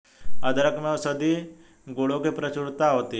अदरक में औषधीय गुणों की प्रचुरता होती है